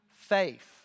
faith